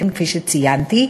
כפי שציינתי,